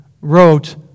wrote